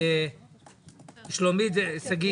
שלומית ושגית.